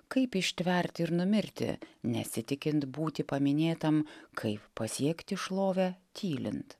kaip ištverti ir numirti nesitikint būti paminėtam kaip pasiekti šlovę tylint